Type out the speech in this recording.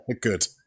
Good